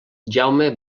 jaume